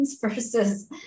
versus